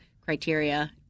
criteria